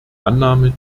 annahme